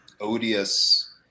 odious